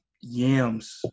yams